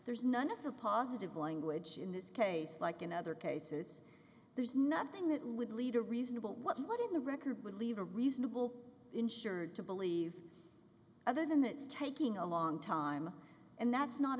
there's none of the positive language in this case like in other cases there's nothing that would lead a reasonable what in the record would leave a reasonable insured to believe other than it's taking a long time and that's not